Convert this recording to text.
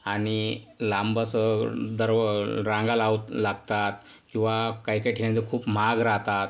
आणि लांबच असं दरवळ रांगा लावा लागतात किंवा काही काही ठिकाणी तर खूप महाग राहतात